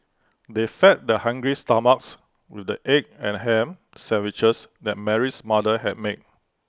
they fed their hungry stomachs with the egg and Ham Sandwiches that Mary's mother had made